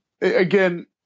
again